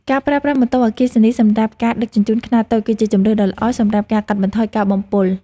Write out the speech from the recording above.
ការប្រើប្រាស់ម៉ូតូអគ្គិសនីសម្រាប់ការដឹកជញ្ជូនខ្នាតតូច គឺជាជម្រើសដ៏ល្អសម្រាប់ការកាត់បន្ថយការបំពុល។